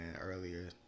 Earlier